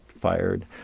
fired